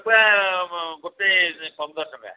ପୁରା ଗୋଟେ ପନ୍ଦର ଚଙ୍କା